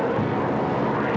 or